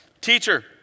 Teacher